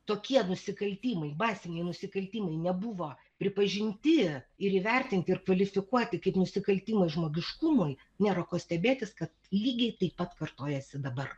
tokie nusikaltimai baziniai nusikaltimai nebuvo pripažinti ir įvertinti ir kvalifikuoti kaip nusikaltimas žmogiškumui nėra ko stebėtis kad lygiai taip pat kartojasi dabar